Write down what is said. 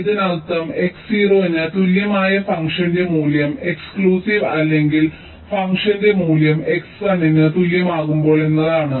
ഇതിനർത്ഥം x 0 ന് തുല്യമായ ഫംഗ്ഷന്റെ മൂല്യം എക്സ്ക്ലൂസീവ് അല്ലെങ്കിൽ ഫംഗ്ഷന്റെ മൂല്യം x 1 ന് തുല്യമാകുമ്പോൾ എന്നാണ്